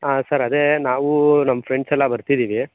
ಹಾಂ ಸರ್ ಅದೇ ನಾವು ನಮ್ಮ ಫ್ರೆಂಡ್ಸ್ ಎಲ್ಲ ಬರ್ತಿದ್ದೀವಿ